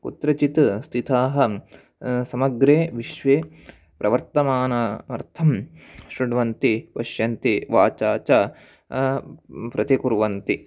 कुत्रचित् स्थिताः समग्रे विश्वे प्रवर्तमानार्थं शृण्वन्ति पश्यन्ति वाचा च प्रतिकुर्वन्ति